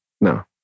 no